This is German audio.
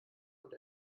und